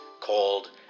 called